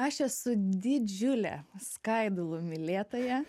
aš esu didžiulė skaidulų mylėtoja